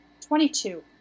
Twenty-two